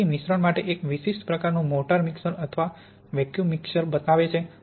પછી મિશ્રણ માટે આ એક વિશિષ્ટ પ્રકારનું મોર્ટાર મિક્સર અથવા વેક્યુમ મિક્સર બતાવે છે